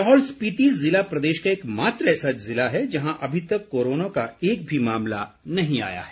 लाहौल स्पीति ज़िला प्रदेश का एक मात्र ऐसा ज़िला है जहां अभी तक कोरोना का एक भी मामला नहीं आया है